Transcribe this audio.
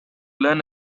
learn